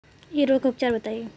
इ रोग के उपचार बताई?